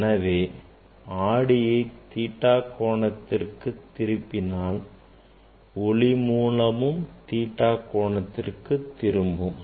எனவே ஆடியை theta கோணத்திற்கு திருப்பினால் படுகோணமும் theta கோணத்திற்கு திரும்பும்